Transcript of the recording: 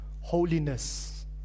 holiness